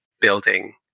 building